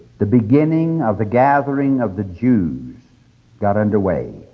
the beginning of the gathering of the jews got underway,